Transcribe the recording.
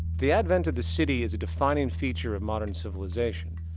the advent of the city is defining feature of modern civilization.